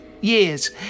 years